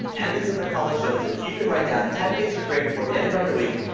emmons and mccullough shows if you can write down ten things you're grateful for at the end of every week,